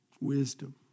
Wisdom